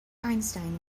einstein